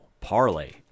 parlay